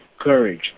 courage